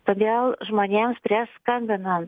todėl žmonėms kurie skambina